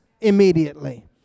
immediately